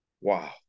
Wow